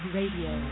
Radio